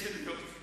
יש עדויות.